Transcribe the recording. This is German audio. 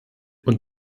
und